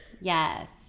Yes